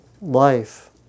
life